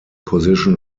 position